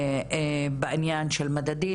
בעניין של מדדים.